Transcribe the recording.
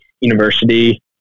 University